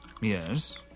Yes